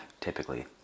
typically